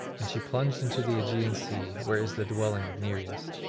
and she plunged into the aegean sea, where is the dwelling of nereus.